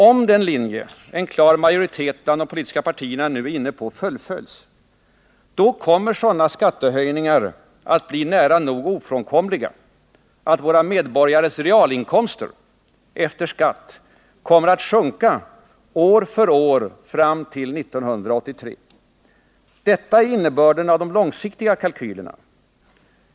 Om den linje en klar majoritet bland de politiska partierna nu är inne på fullföljs, kommer sådana skattehöjningar att bli nära nog ofrånkomliga att våra medborgares realinkomster efter skatt kommer att sjunka år för år fram till 1983. Detta är innebörden av de långsiktiga kalkylerna.